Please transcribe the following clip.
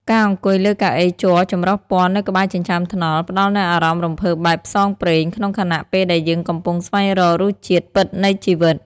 ការអង្គុយលើកៅអីជ័រចម្រុះពណ៌នៅក្បែរចិញ្ចើមថ្នល់ ផ្តល់នូវអារម្មណ៍រំភើបបែបផ្សងព្រេង ក្នុងខណៈពេលដែលយើងកំពុងស្វែងរករសជាតិពិតនៃជីវិត។